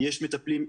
יש מטפלים,